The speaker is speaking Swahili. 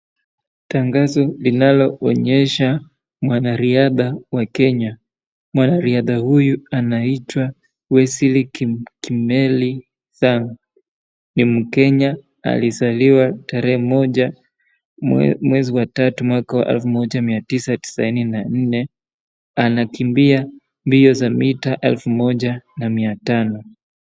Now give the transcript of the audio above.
Tangazo linaloonyesha mwanariadha wa Kenya. Mwanariadha huyu anaitwa Wesley Kimeli Sang ni mkenya alizaliwa tarehe moja mwezi wa tatu mwaka wa elfu moja mia tisa tisaini na nne. Anakimbia mbio za mita elfu moja na mia tano.